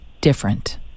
different